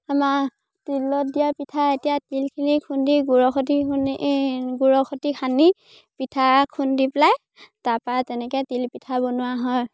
আমাৰ তিলত দিয়া পিঠা এতিয়া তিলখিনি খুন্দি গুৰৰ সৈতে খুন্দি গুৰৰ সৈতে সানি পিঠা খুন্দি পেলাই তাৰপৰাই তেনেকৈ তিল পিঠা বনোৱা হয়